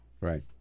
Right